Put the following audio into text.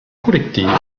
collective